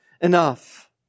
enough